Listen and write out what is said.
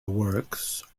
works